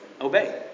Obey